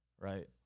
Right